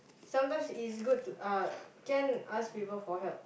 sometimes is good to uh can ask people for help